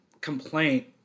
complaint